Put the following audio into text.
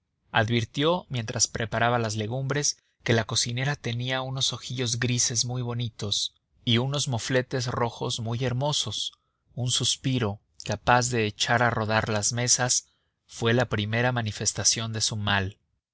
advirtió mientras preparaba las legumbres que la cocinera tenía unos ojillos grises muy bonitos y unos mofletes rojos muy hermosos un suspiro capaz de echar a rodar las mesas fue la primera manifestación de su mal